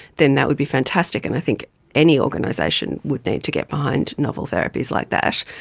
then that would be fantastic, and i think any organisation would need to get behind novel therapies like that.